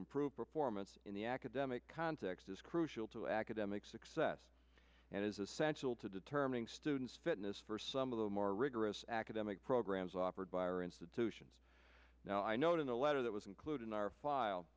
improve performance in the academic context is crucial to academic success and is essential to determining students fitness for some of the more rigorous demick programs offered by our institutions now i note in a letter that was included in our file